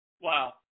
Wow